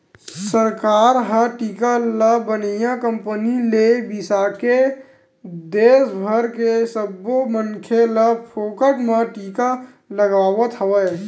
सरकार ह टीका ल बनइया कंपनी ले बिसाके के देस भर के सब्बो मनखे ल फोकट म टीका लगवावत हवय